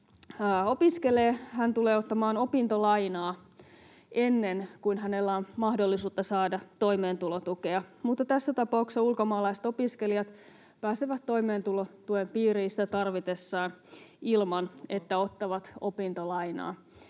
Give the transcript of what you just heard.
opiskelee, hän tulee ottamaan opintolainaa, ennen kuin hänellä on mahdollisuutta saada toimeentulotukea, mutta tässä tapauksessa ulkomaalaiset opiskelijat pääsevät toimeentulotuen piiriin sitä tarvitessaan ilman, että ottavat opintolainaa.